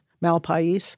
Malpais